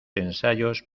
ensayos